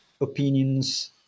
opinions